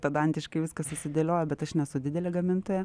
pedantiškai viską susidėlioja bet aš nesu didelė gamintoja